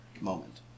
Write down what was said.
moment